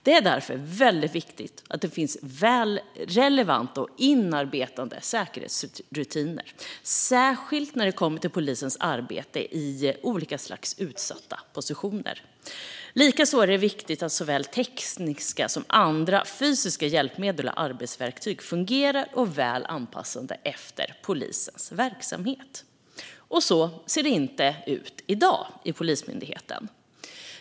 Det är därför viktigt att det finns relevanta och inarbetade säkerhetsrutiner, särskilt när det kommer till polisens arbete i olika utsatta positioner. Likaså är det viktigt att såväl tekniska som andra fysiska hjälpmedel och arbetsverktyg fungerar och är väl anpassade efter polisens verksamhet. Så ser det inte ut i dag inom Polismyndigheten.